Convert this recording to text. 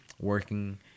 working